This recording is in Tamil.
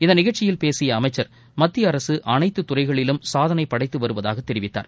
இந்த நிகழ்ச்சியில் பேசிய அமைச்சர் மத்திய அரசு அனைத்து துறைகளிலும் சாதனை படைத்து வருவதாகத் தெரிவித்தார்